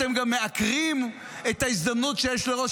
אתם גם מעקרים את ההזדמנות שיש לראש